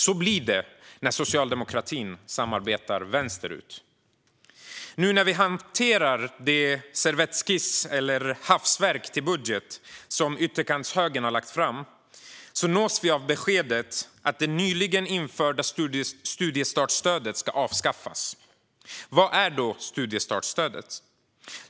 Så blir det när socialdemokratin samarbetar vänsterut. Nu när vi hanterar den servettskiss eller det hafsverk till budget som ytterkantshögern har lagt fram nås vi av beskedet att det nyligen införda studiestartsstödet ska avskaffas. Vad är då studiestartsstöd?